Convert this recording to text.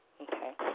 Okay